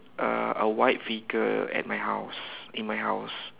uh a white figure at my house in my house